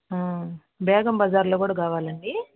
బేగం బజార్లో కూడా కావాలండి